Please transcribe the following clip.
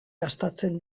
gastatzen